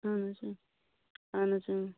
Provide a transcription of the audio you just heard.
اَہن حظ اۭں اَہن حظ اۭں